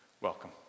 Welcome